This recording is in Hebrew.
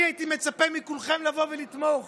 אני הייתי מצפה מכולכם לבוא ולתמוך.